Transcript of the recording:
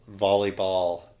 volleyball